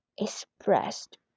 expressed